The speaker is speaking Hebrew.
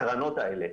לקרנות האלה.